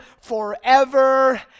forever